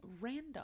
random